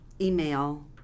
email